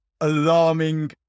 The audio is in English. alarming